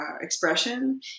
expression